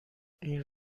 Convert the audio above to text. این